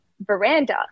veranda